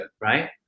right